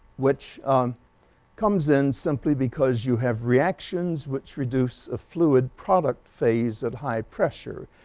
which comes in simply because you have reactions which reduce a fluid product phase at high pressure.